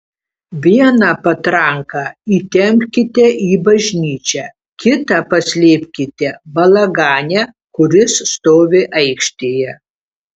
vieną patranką įtempkite į bažnyčią kitą paslėpkite balagane kuris stovi aikštėje